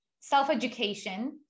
self-education